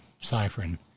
ciphering